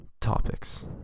topics